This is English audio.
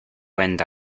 wind